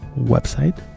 website